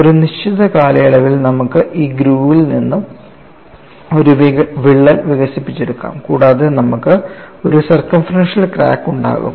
ഒരു നിശ്ചിത കാലയളവിൽ നമുക്ക് ഈ ഗ്രൂവിൽ നിന്ന് ഒരു വിള്ളൽ വികസിപ്പിച്ചെടുക്കാം കൂടാതെ നമുക്ക് ഒരു സർക്കംഫറൻഷ്യൽ ക്രാക്ക് ഉണ്ടാകും